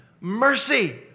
Mercy